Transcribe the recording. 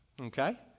Okay